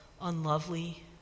unlovely